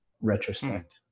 retrospect